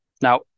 Now